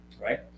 right